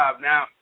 Now